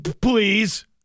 please